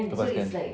lepaskan